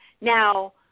Now